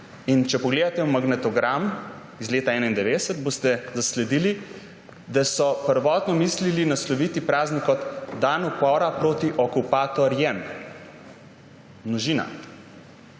Če pogledate v magnetogram iz leta 1991, boste zasledili, da so prvotno mislili nasloviti praznik kot dan upora proti okupatorjem – množina.